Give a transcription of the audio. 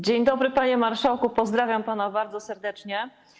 Dzień dobry, panie marszałku, pozdrawiam pana bardzo serdecznie.